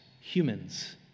humans